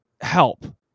Help